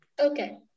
okay